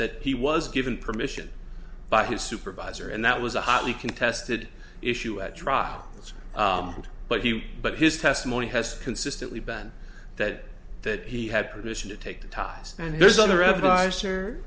that he was given permission by his supervisor and that was a hotly contested issue at trial but he but his testimony has consistently been that that he had permission to take ties and there's other advi